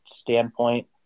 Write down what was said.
standpoint